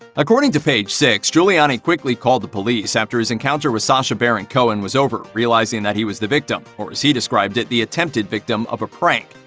according to page six, giuliani quickly called the police after his encounter with sacha baron cohen was over, realizing that he was the victim or, as he described it, the attempted victim of a prank.